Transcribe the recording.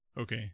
Okay